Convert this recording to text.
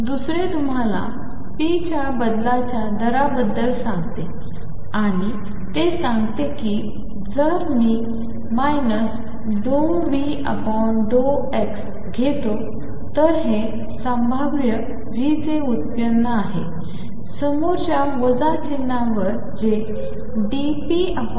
दुसरे तुम्हाला p च्या बदलाच्या दराबद्दल सांगते आणि ते सांगते की जर मी ⟨ ∂V∂x⟩घेतो तर हे संभाव्य V चे व्युत्पन्न आहे समोरच्या वजा चिन्हावर जे ddt ⟨p⟩